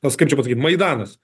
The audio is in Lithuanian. tas kaip čia pasakyt maidanas